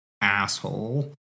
asshole